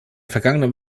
vergangenen